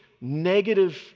negative